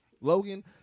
Logan